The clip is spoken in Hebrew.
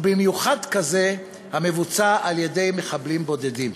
ובמיוחד כזה המבוצע על-ידי מחבלים בודדים.